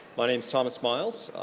my name's thomas miles.